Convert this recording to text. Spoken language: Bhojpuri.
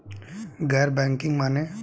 गैर बैंकिंग माने?